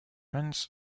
runs